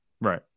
right